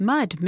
Mud